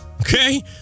okay